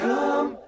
Come